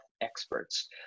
experts